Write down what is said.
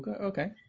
okay